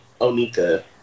Onika